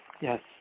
Yes